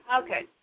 okay